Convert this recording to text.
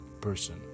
person